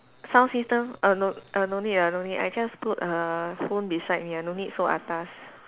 sound system err no err no need ah no need I just put a phone beside me ah no need so atas